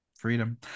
Freedom